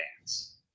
dance